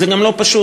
זה גם לא פשוט,